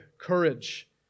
courage